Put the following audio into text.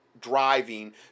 driving